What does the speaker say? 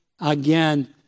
again